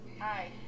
Hi